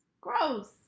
Gross